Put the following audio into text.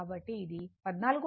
61 ampere వస్తుంది